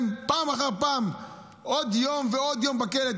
פעם אחר פעם עוד יום ועוד יום בכלא.